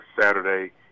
Saturday